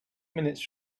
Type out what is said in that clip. minutes